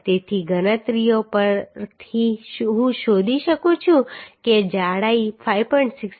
તેથી ગણતરીઓ પરથી હું શોધી શકું છું કે જાડાઈ 5